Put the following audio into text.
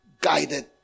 guided